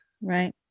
Right